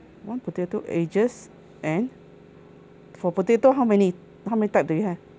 one potato wedges and for potato how many how many type do you have